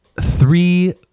three